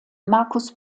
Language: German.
markus